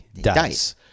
Dice